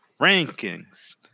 rankings